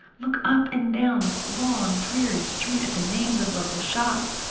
look up and down this long, dreary street, at the names above the shops,